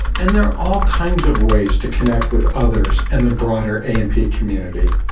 and there are all kinds of ways to connect with others and the broader a and p community.